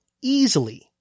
easily